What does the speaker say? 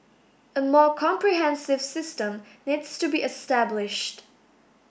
a more comprehensive system needs to be established